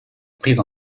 prise